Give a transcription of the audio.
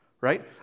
right